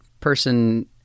person